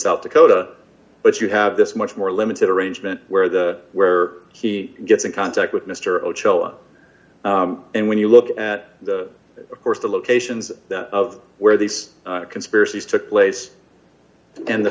south dakota but you have this much more limited arrangement where the where he gets in contact with mr otero and when you look at of course the locations of where these conspiracies took place and the